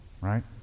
right